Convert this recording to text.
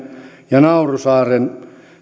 ja nauru saarelle